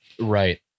Right